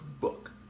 book